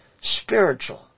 spiritual